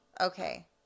Okay